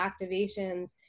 activations